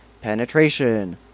penetration